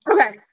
Okay